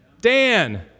Dan